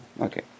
Okay